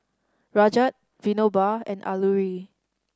Rajat Vinoba and Alluri